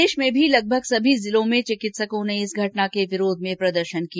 प्रदेश में भी लगभग सभी जिलों में चिकित्सकों ने इस घटना के विरोध में प्रदर्शन किया